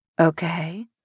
Okay